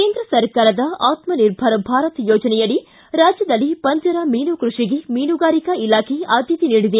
ಕೇಂದ್ರ ಸರಕಾರದ ಆತ್ನ ನಿರ್ಭರ ಭಾರತ ಯೋಜನೆಯಡಿ ರಾಜ್ಜದಲ್ಲಿ ಪಂಜರ ಮೀನು ಕೃಷಿಗೆ ಮೀನುಗಾರಿಕಾ ಇಲಾಖೆ ಆದ್ಯತೆ ನೀಡಿದೆ